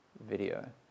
Video